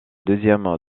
deuxième